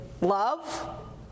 love